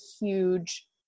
huge